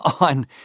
on